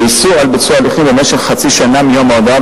ואיסור על ביצוע הליכים במשך חצי שנה מיום ההודעה